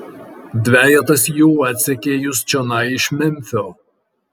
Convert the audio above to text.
dvejetas jų atsekė jus čionai iš memfio